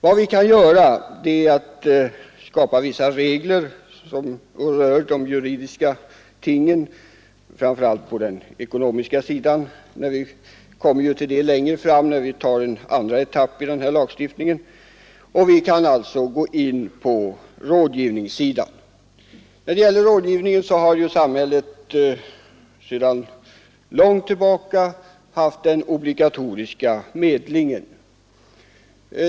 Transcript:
Vad vi kan göra är att AE skapa vissa juridiska regler, framför allt på den ekonomiska sidan. De Åktenskapslagstiftreglerna kommer vi till längre fram, när vi skall behandla den andra ingen m.m. etappen i den här lagstiftningen. Samhället kan emellertid gå in på rådgivningssidan. Samhället har sedan lång tid tillbaka haft den obligatoriska medlingen.